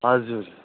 हजुर